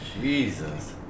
Jesus